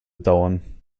dauern